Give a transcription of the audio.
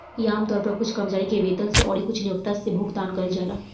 इ आमतौर पर कुछ कर्मचारी के वेतन से अउरी कुछ नियोक्ता से भुगतान कइल जाला